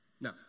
Now